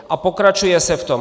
A pokračuje se v tom.